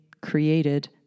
created